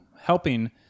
helping